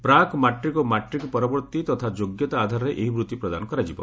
ପ୍ରାକ୍ ମାଟ୍ରିକ ଓ ମାଟ୍ରିକ ପରବର୍ତ୍ତୀ ତଥ୍ୟ ଯୋଗ୍ୟତା ଆଧାରରେ ଏହି ବୃତ୍ତି ପ୍ରଦାନ କରାଯିବ